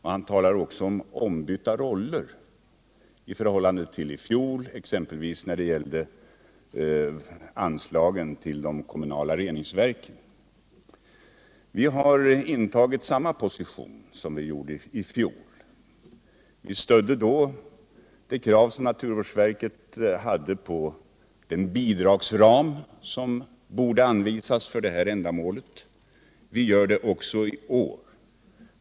Han talar också om ombytta roller i förhållande till i fjol, exempelvis när det gäller anslagen till de kommunala reningsverken. Vi har intagit samma position som i fjol. Vi stödde då det krav som naturvårdsverket hade på en bidragsram som borde anvisas för det här ändamålet. Vi gör det också i år.